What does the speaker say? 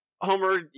Homer